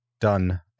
done